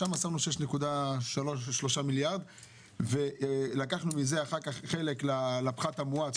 שם שמנו 6.3 מיליארד ולקחנו מזה אחר כך חלק לפחת המועט,